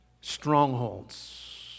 Strongholds